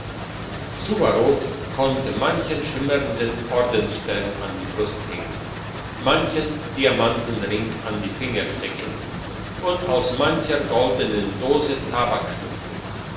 suwarow konnte manchen schimmernden ordensstern an die brust hängen manchen diamantring an die finger stecken und aus mancher goldenen dose